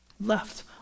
left